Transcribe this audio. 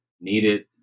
needed